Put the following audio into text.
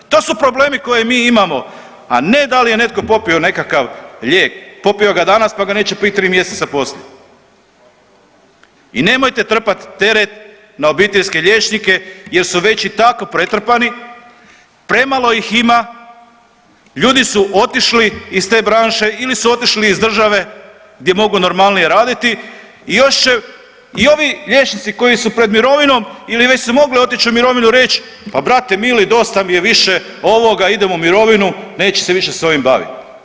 To su problemi koje mi imamo, a ne dal je netko popio nekakav lijek, popio ga danas, pa ga neće pit 3 mjeseca poslije i nemojte trpat teret na obiteljske liječnike jer su već i tako pretrpani, premalo ih ima, ljudi su otišli iz te branše ili su otišli iz države gdje mogu normalnije raditi i još će, i ovi liječnici koji su pred mirovinom ili već su mogli otić u mirovinu i reć pa brate mili dosta mi je više ovoga, idem u mirovinu, neću se više s ovim bavit.